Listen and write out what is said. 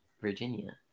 Virginia